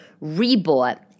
re-bought